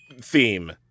theme